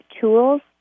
tools